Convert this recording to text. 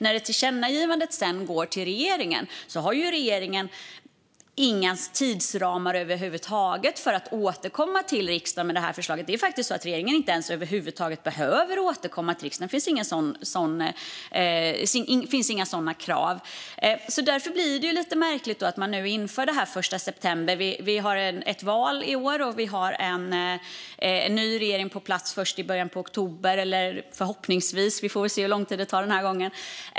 När tillkännagivandet sedan riktas till regeringen har regeringen inga tidsramar över huvud taget för att återkomma till riksdagen med ett förslag. Regeringen behöver faktiskt inte återkomma till riksdagen över huvud taget. Det finns inga sådana krav. Därför är det lite märkligt att man inför det här den 1 september. Vi har ett val i år, och vi har en ny regering på plats först i början av oktober - förhoppningsvis; vi får väl se hur lång tid det tar den här gången.